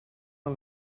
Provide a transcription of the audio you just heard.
een